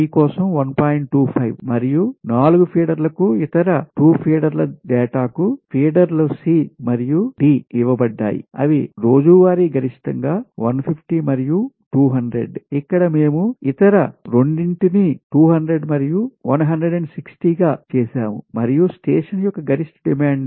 25 మరియు 4 ఫీడర్లకు ఇతర 2 ఫీడర్ల డేటా కు ఫీడర్లు C మరియు D ఇవ్వబడ్డాయి అవి రోజువారీ గరిష్టంగా 150 మరియు 200 ఇక్కడ మేము ఇతర 2 రెండింటిని ను 200 మరియు 160 గా చేసాము మరియు స్టేషన్ యొక్క గరిష్ట డిమాండ్ 600 కిలోవాట్లు